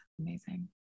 Amazing